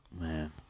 man